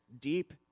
deep